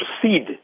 proceed